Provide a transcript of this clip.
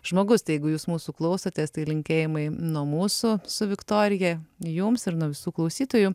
žmogus tai jeigu jūs mūsų klausotės tai linkėjimai nuo mūsų su viktorija jums ir nuo visų klausytojų